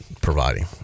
providing